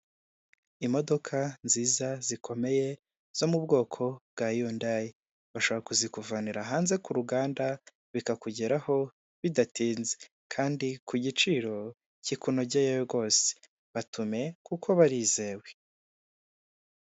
Imodoka nziza zikomeye zo mu bwoko bwa yundayi, bashobora kuzikuvanira hanze ku ruganda zikakugeraho bidatinze kandi ku giciro cyikunogeye rwose, batume kuko barizewe.